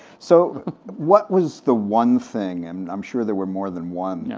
so what was the one thing, and i'm sure there were more than one, yeah